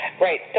right